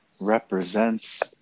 represents